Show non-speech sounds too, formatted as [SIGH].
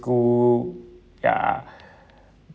school ya [BREATH]